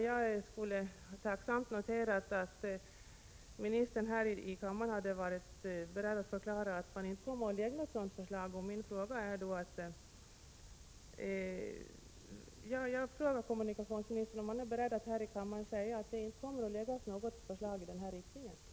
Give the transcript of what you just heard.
Jag skulle ha noterat det med tacksamhet om ministern varit beredd att förklara att regeringen inte kommer att framlägga något sådant förslag. Jag vill alltså fråga kommunikationsministern om han är beredd att här i kammaren uttala att det inte kommer att läggas fram något förslag i den riktningen.